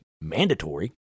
mandatory